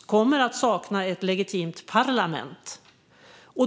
och kommer att sakna ett legitimt parlament.